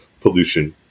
pollution